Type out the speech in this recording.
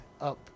up